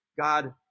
God